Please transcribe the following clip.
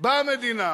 באה המדינה